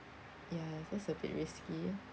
ya it's just a bit risky